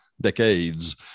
decades